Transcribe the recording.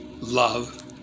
love